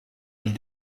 ils